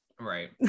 Right